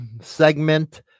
segment